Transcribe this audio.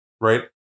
right